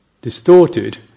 distorted